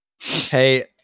Hey